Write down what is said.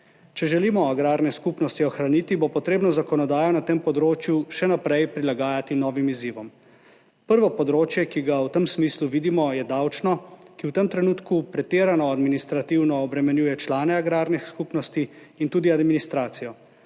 Če želimo agrarne skupnosti ohraniti, bo potrebno zakonodajo na tem področju še naprej prilagajati novim izzivom. Prvo področje, ki ga v tem smislu vidimo, je davčno, ki v tem trenutku pretirano administrativno obremenjuje člane agrarnih skupnosti in tudi administracijo.